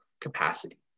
capacity